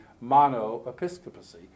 mono-episcopacy